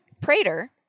Prater